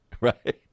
right